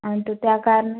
आणि तो त्या कारणा